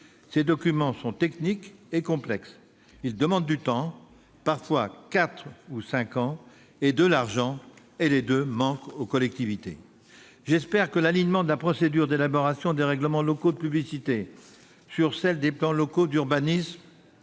Ces documents sont techniques et complexes. Ils demandent du temps- parfois quatre ou cinq ans -et de l'argent ; les deux manquent aux collectivités. J'espère que l'alignement de la procédure d'élaboration des règlements locaux de publicité sur celle des plans locaux d'urbanisme